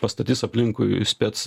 pastatys aplinkui spec